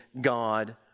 God